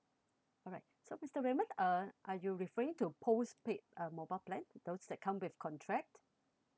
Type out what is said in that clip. alright so mister raymond uh are you referring to post paid uh mobile plan those that come with contract